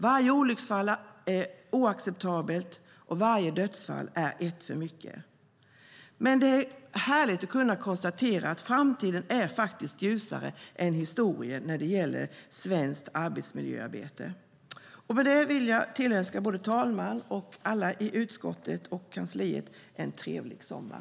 Varje olycksfall är oacceptabelt, och varje dödsfall är ett för mycket. Men det är härligt att kunna konstatera att framtiden faktiskt är ljusare än historien när det gäller svenskt arbetsmiljöarbete. Jag vill tillönska herr talman, alla i utskottet och kansliet en trevlig sommar.